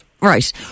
right